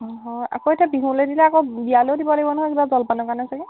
অঁ হয় আকৌ এতিয়া বিহুলে দিলে আকৌ বিয়ালেও দিব লাগিব নহয় কিবা জলপানৰ কাৰণে চাগে